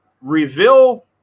reveal